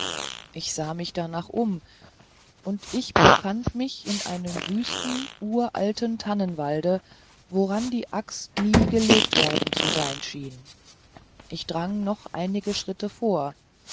ich sah mich danach um ich befand mich in einem wüsten uralten tannenwalde woran die axt nie gelegt worden zu sein schien ich drang noch einige schritte vor